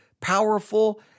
powerful